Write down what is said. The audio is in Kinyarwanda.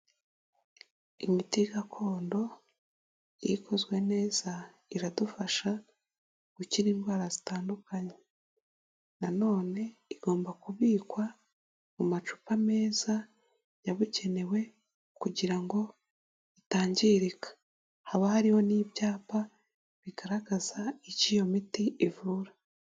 Imiti gakondo iyo ikozwe neza iradufasha gukira indwara zitandukanye. Na none igomba kubikwa mu macupa meza yabugenewe kugira ngo itangirika. Haba hariho n'ibyapa bigaragaza icyo iyo miti ivura.